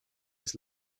des